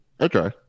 Okay